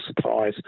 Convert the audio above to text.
supplies